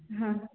हाँ